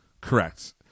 Correct